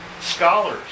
scholars